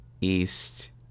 east